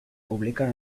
publica